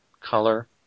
color